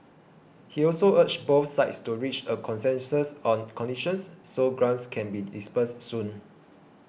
he also urged both sides to reach a consensus on conditions so grants can be disbursed soon